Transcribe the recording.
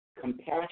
compassion